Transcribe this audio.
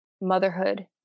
Motherhood